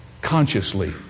consciously